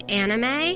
anime